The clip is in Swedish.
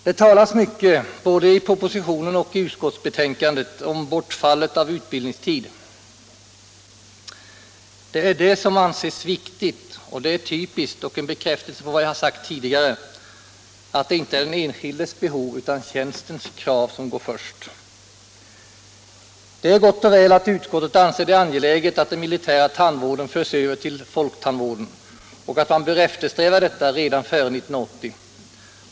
Det talas mycket, både i propositionen och i utskottsbetänkandet, om bortfallet av utbildningstid. Det är det som anses viktigt och det är typiskt. Det är också en bekräftelse på vad jag sagt tidigare, att det inte är den enskildes behov utan tjänstens krav som går först. Det är gott och väl att utskottet anser det angeläget att den militära tandvården förs över till folktandvården och att man bör eftersträva detta redan före 1980.